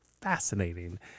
fascinating